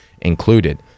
included